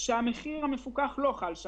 המחיר המפוקח לא חל.